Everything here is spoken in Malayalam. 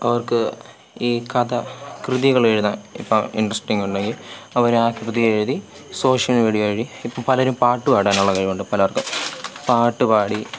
അവർക്ക് ഈ കഥ കൃതികളെഴുതാൻ ഇപ്പോള് ഇൻട്രസ്റ്റിങ് ഉണ്ടെങ്കില് അവരാ കൃതി എഴുതി സോഷ്യൽ മീഡിയ വഴി ഇപ്പോള് പലരും പാട്ടുപാടാനുള്ള കഴിവുണ്ട് പലർക്കും പാട്ടു പാടി